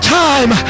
time